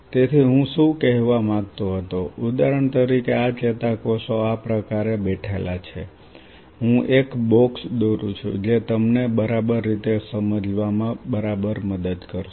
તેથી હું શું કહેવા માંગતો હતો ઉદાહરણ તરીકે આ ચેતાકોષો આ પ્રકારે બેઠેલા છે હું એક બોક્સ દોરું છું જે તમને બરાબર રીતે સમજવામાં બરાબર મદદ કરશે